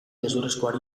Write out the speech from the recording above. gezurrezkoari